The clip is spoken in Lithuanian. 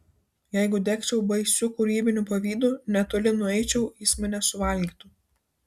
jeigu degčiau baisiu kūrybiniu pavydu netoli nueičiau jis mane suvalgytų